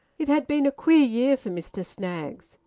it had been a queer year for mr snaggs.